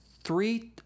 three